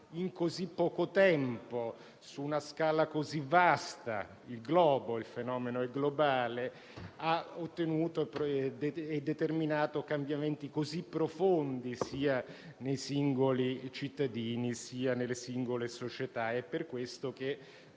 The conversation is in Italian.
in così poco tempo e su una scala così vasta (il fenomeno è globale), ha ottenuto e determinato cambiamenti così profondi, sia nei singoli cittadini sia nelle singole società. È per questo che